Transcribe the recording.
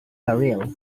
peril